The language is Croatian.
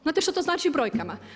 Znate što to znači u brojkama?